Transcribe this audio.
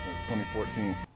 2014